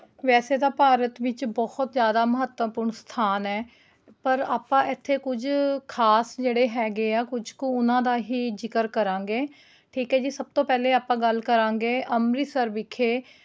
ਵੈਸੇ ਤਾਂ ਭਾਰਤ ਵਿੱਚ ਬਹੁਤ ਜ਼ਿਆਦਾ ਮਹੱਤਵਪੂਰਨ ਸਥਾਨ ਹੈ ਪਰ ਆਪਾਂ ਇੱਥੇ ਕੁੱਝ ਖਾਸ ਜਿਹੜੇ ਹੈਗੇ ਹੈ ਕੁੱਝ ਕੁ ਉਹਨਾਂ ਦਾ ਹੀ ਜ਼ਿਕਰ ਕਰਾਂਗੇ ਠੀਕ ਹੈ ਜੀ ਸਭ ਤੋਂ ਪਹਿਲੇ ਆਪਾਂ ਗੱਲ ਕਰਾਂਗੇ ਅੰਮ੍ਰਿਤਸਰ ਵਿਖੇ